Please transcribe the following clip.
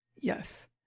yes